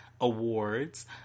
Awards